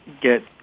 get